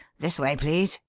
this way, please.